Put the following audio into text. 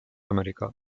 america